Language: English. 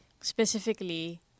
specifically